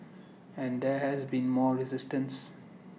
and there has been more resistance